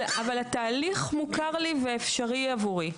אבל התהליך מוכר לי ואפשרי עבורי.